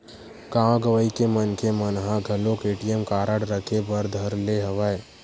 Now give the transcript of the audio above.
गाँव गंवई के मनखे मन ह घलोक ए.टी.एम कारड रखे बर धर ले हवय